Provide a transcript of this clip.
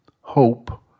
hope